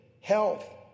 health